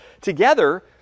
together